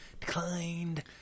declined